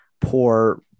poor